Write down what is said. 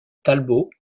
talbot